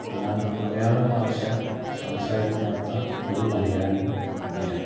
എന്നാൽ മലയാളഭാഷ സംസാരിക്കാത്ത ഒരു മലയാളിയും ഇല്ല